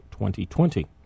2020